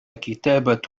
كتابة